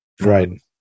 Right